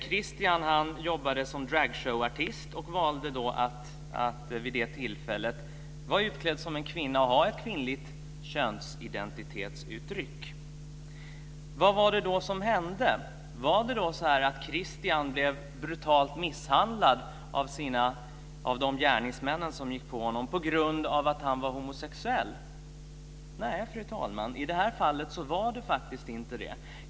Kristian jobbade som dragshowartist och valde att vid det här tillfället vara klädd som en kvinna och ha ett kvinnligt könsidentitetsuttryck. Vad var det då som hände? Var det så att Kristian blev brutalt misshandlad av de gärningsmän som gick på honom på grund av att han var homosexuell? Nej, fru talman, i det här fallet var det faktiskt inte det.